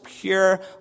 pure